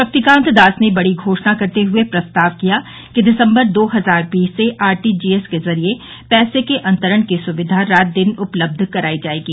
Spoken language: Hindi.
शक्तिकांत दास ने बड़ी घोषणा करते हुए प्रस्ताव किया कि दिसम्बर दो हजार बीस से आरटीजीएस के जरिये पैसे के अंतरण की सुविधा रात दिन उपलब्ध कराई जाएगी